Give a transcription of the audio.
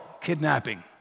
kidnapping